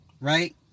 right